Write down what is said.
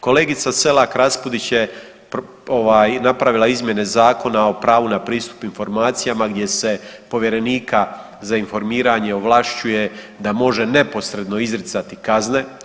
Kolegica Selak Raspudić je ovaj napravila izmjene Zakona o pravu na pristup informacijama gdje se povjerenika za informiranje ovlašćuje da može neposredno izricati kazne.